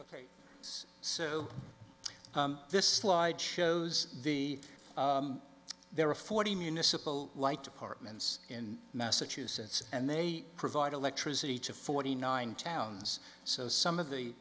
so this slide shows the there are forty municipal light departments in massachusetts and they provide electricity to forty nine towns so some of the